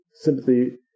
sympathy